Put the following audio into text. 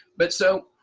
but so,